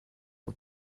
for